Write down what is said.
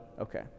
Okay